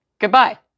goodbye